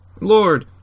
Lord